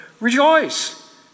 rejoice